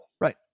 Right